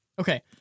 Okay